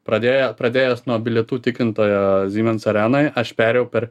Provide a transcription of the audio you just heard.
pradėjo pradėjęs nuo bilietų tikrintojo siemens arenoj aš perėjau per